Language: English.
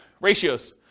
ratios